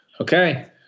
okay